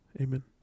Amen